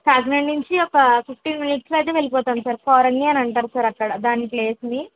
కాకినాడ నుంచి ఒక fifteen minutes లో అయితే వెళ్ళిపోతాం సార్ కోరంగి అని అంటారు సార్ అక్కడ దాని ప్లేస్ ని